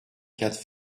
quatre